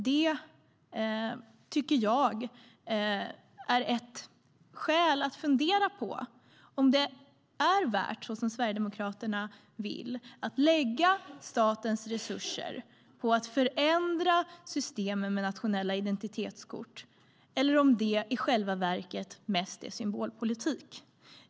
Det tycker jag är ett skäl att fundera på om det är värt, såsom Sverigedemokraterna vill, att lägga statens resurser på att förändra systemen med nationella identitetskort eller om det i själva verket mest är symbolpolitik.